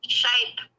shape